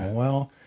well!